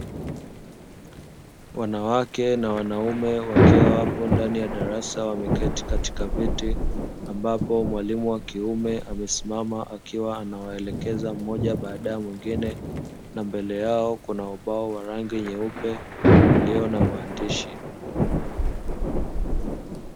Wanawake na wanaume wakiwa wapo ndani ya darasa wameketi katika viti, ambapo mwalimu wa kiume amesimama akiwa anawaelekeza mmoja baada ya mwingine; na mbele yao kuna ubao wa rangi nyeupe ulio na maandishi.